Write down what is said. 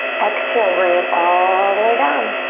exhale, bring it all the way down.